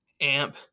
amp